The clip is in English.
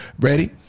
Ready